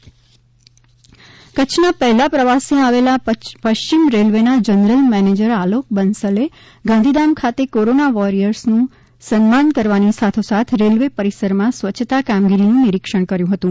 ક ચ્છ કચ્છના પહેલા પ્રવાસે આવેલા પશ્ચિમ રેલવેના જનરલ મેનેજર આલોક બંસલે ગાંધીધામ ખાતે કોરોના વોરિયર્સનું સન્માન કરવાની સાથોસાથ રેલ્વે પરિસરમાં સ્વચ્છતા કામગીરીનું નિરીક્ષણ કર્યું હતું